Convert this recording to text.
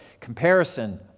comparison